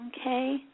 Okay